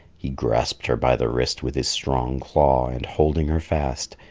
he grasped her by the wrist with his strong claw, and, holding her fast,